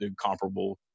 comparable